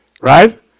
Right